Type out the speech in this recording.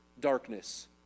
darkness